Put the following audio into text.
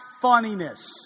funniness